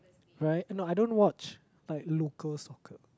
right no I don't watch like local soccer